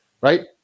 right